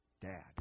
dad